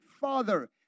Father